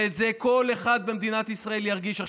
ואת זה כל אחד במדינת ישראל ירגיש.